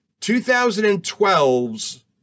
2012's